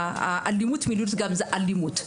האלימות המילולית גם היא אלימות.